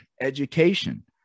education